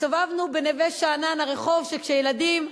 הסתובבנו בנווה-שאנן, הרחוב שכילדים היינו,